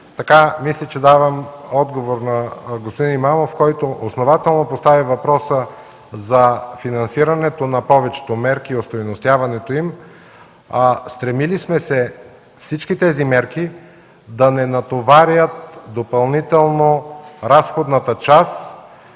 Така мисля, че давам отговор на господин Имамов, който основателно постави въпроса за финансирането на повечето мерки и остойностяването им. Стремили сме се всички тези мерки да не натоварят допълнително разходната част,